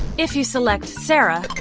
if you select sarah